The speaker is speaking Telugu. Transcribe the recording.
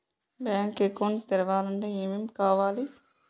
బ్యాంక్ అకౌంట్ తెరవాలంటే ఏమేం కావాలి?